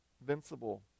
invincible